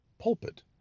pulpit